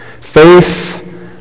Faith